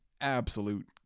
absolute